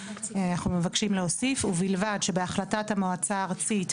אנחנו מבקשים להוסיף "ובלבד שבהחלטת המועצה הארצית,